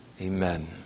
Amen